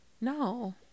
No